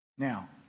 Now